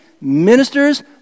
ministers